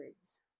words